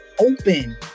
open